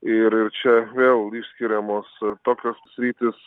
ir ir čia vėl išskiriamos tokios sritys